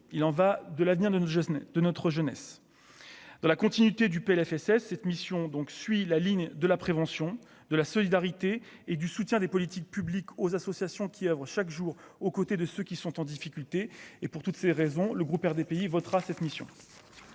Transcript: il en va de l'avenir de de notre jeunesse dans la continuité du PLFSS cette mission donc suit la ligne de la prévention de la solidarité et du soutien des politiques publiques aux associations qui oeuvrent chaque jour aux côtés de ceux qui sont en difficulté et pour toutes ces raisons, le groupe RDPI votera cette mission.